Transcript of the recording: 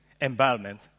environment